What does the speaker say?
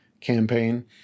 campaign